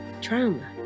Trauma